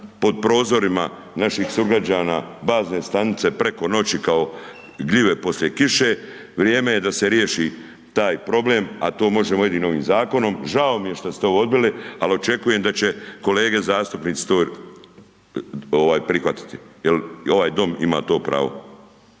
pod prozorima naših sugrađana bazne stanice preko noći kao gljive poslije kiše, vrijeme je da se riješi taj problem, a to možemo jedino ovim zakonom, žao mi je što ste ovo odbili, al očekujem da će kolege zastupnici to prihvatiti, jel ovaj dom ima to pravo.